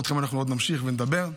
אנחנו עוד נמשיך ונדבר,